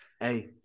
Hey